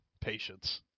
patience